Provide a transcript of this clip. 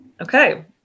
Okay